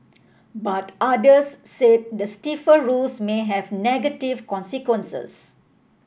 but others said the stiffer rules may have negative consequences